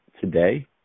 today